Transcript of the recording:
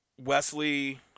Wesley